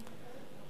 בבקשה.